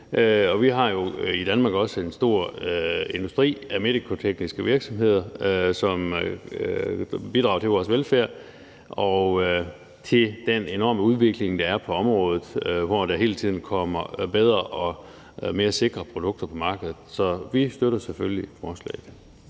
jo også i Danmark en stor industri af medicotekniske virksomheder, som bidrager til vores velfærd og til den enorme udvikling, der er på området, hvor der hele tiden kommer bedre og mere sikre produkter på markedet. Så vi støtter selvfølgelig forslaget.